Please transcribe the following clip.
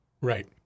Right